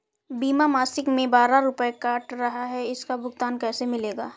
बीमा मासिक में बारह रुपय काट रहा है इसका भुगतान कैसे मिलेगा?